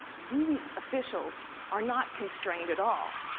these officials are not constrained at all.